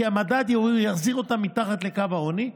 כי המדד יחזיר אותם מתחת לקו העוני.